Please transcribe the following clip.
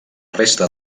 resta